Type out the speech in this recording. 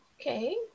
Okay